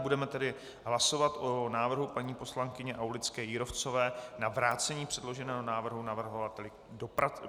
Budeme tedy hlasovat o návrhu paní poslankyně Aulické Jírovcové na vrácení předloženého návrhu navrhovateli k dopracování.